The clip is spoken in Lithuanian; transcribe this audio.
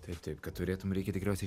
taip taip kad turėtum reikia tikriausiai